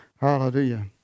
Hallelujah